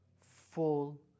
full